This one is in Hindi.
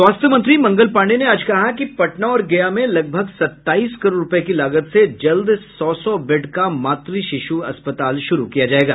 स्वास्थ्य मंत्री मंगल पांडेय ने आज कहा कि पटना और गया में लगभग सत्ताईस करोड़ रूपये की लागत से जल्द सौ सौ बेड का मातु शिशु अस्पताल शुरू किया जायेगा